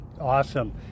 Awesome